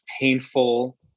painful